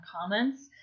comments